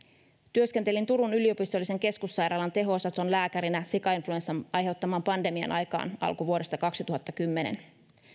työskentelin turun yliopistollisen keskussairaalan teho osaston lääkärinä sikainfluenssan aiheuttaman pandemian aikaan alkuvuodesta kaksituhattakymmenen